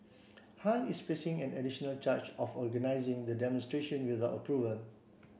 Han is facing an additional charge of organizing the demonstration without approval